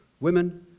women